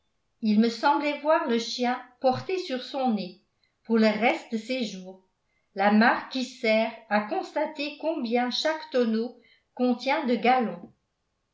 il me semblait voir le chien porter sur son nez pour le reste de ses jours la marque qui sert à constater combien chaque tonneau contient de gallons